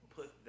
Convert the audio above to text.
put